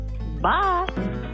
Bye